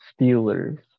Steelers